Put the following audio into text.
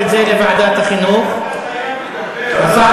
האדי, האדי